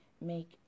make